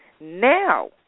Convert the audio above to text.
now